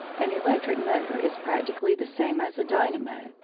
an electric motor is practically the same as a dynamo,